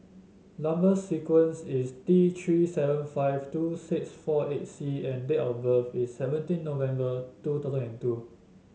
number sequence is T Three seven five two six four eight C and date of birth is seventeen November two thousand and two